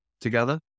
together